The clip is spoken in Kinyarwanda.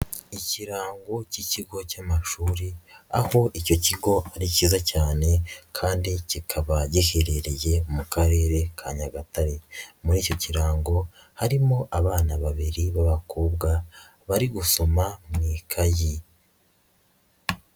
Ikirango cy'ikigo cy'amashuri, aho icyo kigo ari cyiza cyane kandi kikaba giheherereye mu karere ka Nyagatare, muri icyo kirango harimo abana babiri b'abakobwa bari gusoma mu ikayi.